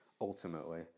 ultimately